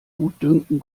gutdünken